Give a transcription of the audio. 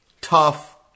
tough